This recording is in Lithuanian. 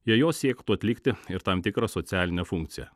jei jos siektų atlikti ir tam tikrą socialinę funkciją